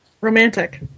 Romantic